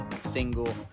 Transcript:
single